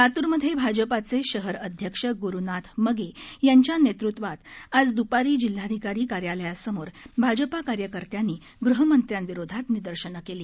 लातूरमधे भाजपाचे शहर अध्यक्ष गुरुनाथ मगे यांच्या नेतृत्वात आज दुपारी जिल्हाधिकारी कार्यालयासमोर भाजपा कार्यकर्त्यांनी गृहमंत्र्यांविरोधात निदर्शनं केली